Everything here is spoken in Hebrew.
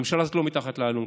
הממשלה הזאת לא מתחת לאלונקה,